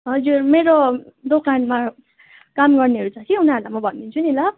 हजुर मेरो दोकानमा काम गर्नेहरू छ कि उनीहरूलाई म भनिदिन्छु नि ल